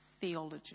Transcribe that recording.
theology